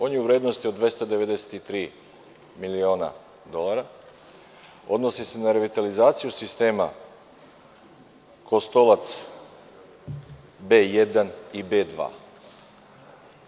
On je u vrednosti od 293 miliona dolara i odnosi se na revitalizaciju sistema „Kostolac B1 i B2“